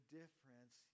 difference